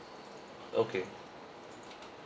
okay